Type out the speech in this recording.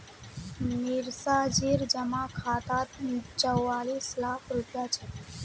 मिश्राजीर जमा खातात चौवालिस लाख रुपया छ